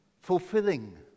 fulfilling